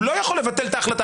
הוא לא יכול לבטל את ההחלטה.